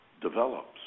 Develops